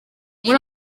muri